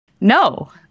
no